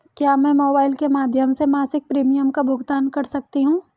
क्या मैं मोबाइल के माध्यम से मासिक प्रिमियम का भुगतान कर सकती हूँ?